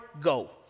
go